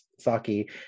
Saki